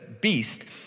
beast